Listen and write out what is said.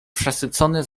przesycony